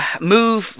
move